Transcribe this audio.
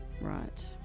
Right